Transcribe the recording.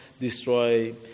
destroy